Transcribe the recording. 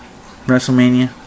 Wrestlemania